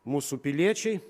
mūsų piliečiai